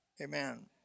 amen